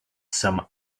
some